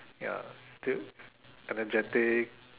ya still energetic